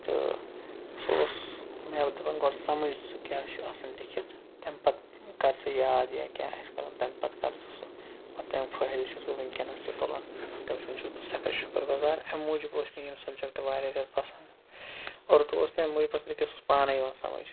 تہٕ سُہ اوس مےٚ دپان گۄڈٕ سمٕجھ ژٕکیٛاہ چھُ آسان لیٖکھتھ تَمہِ پتہٕ کَر ژٕ یاد یا کیٛاہ آسہِ کَرُن تَمہِ پتہٕ کَر ژٕ سُہ تَمہِ فٲیدٕ چھُس بہٕ وُنکٮ۪نس تہِ تُلان تٔمۍ سُنٛد چھُس بہٕ سٮ۪ٹھاہ شُکُر گُزار اَمہِ موٗجوٗب ٲسۍ یِم سبجکٹہٕ وارِیاہ زیادٕ پسنٛد اُردو اوس مےٚ اَمہِ موٗجوٗب پسنٛد تِکیٛازِ سُہ اوس پانَے یِوان سمٕجھ